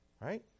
right